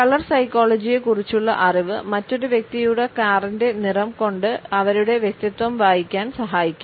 colour സൈക്കോളജിയെക്കുറിച്ചുള്ള അറിവ് മറ്റൊരു വ്യക്തിയുടെ കാറിന്റെ നിറം കൊണ്ട് അവരുടെ വ്യക്തിത്വം വായിക്കാൻ സഹായിക്കും